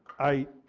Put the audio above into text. i